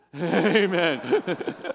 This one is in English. Amen